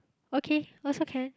okay also can